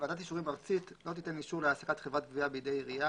ועדת אישורים ארצית לא תיתן אישור להעסקת חברת גבייה בידי עירייה,